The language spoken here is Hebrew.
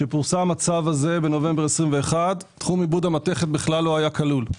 כשפורסם הצו הזה בנובמבר 2021 תחום עיבוד המתכת בכלל לא היה כלול,